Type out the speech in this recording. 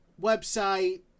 website